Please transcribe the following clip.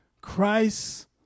Christ